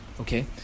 Okay